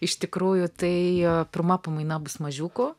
iš tikrųjų tai pirma pamaina bus mažiukų